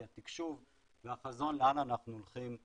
התקשוב והחזון לאן אנחנו הולכים הלאה.